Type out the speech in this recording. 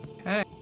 Okay